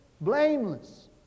blameless